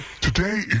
Today